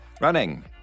Running